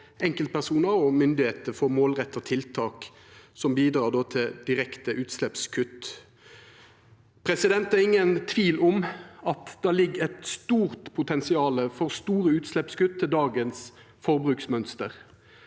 enkeltpersonar og myndigheiter for målretta tiltak som bidrar til direkte utsleppskutt. Det er ingen tvil om at det ligg eit stort potensial for store utsleppskutt med dagens forbruksmønster.